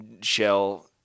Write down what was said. shell